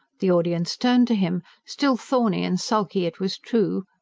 the audience turned to him, still thorny and sulky it was true,